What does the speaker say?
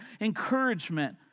encouragement